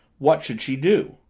what should she do?